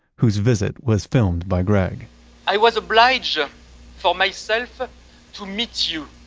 whose visit was filmed by gregg i was obliged for myself to meet you,